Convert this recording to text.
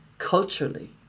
Culturally